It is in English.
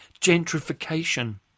Gentrification